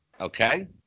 okay